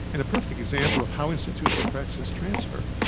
and a perfect example of how institutional practices transfer,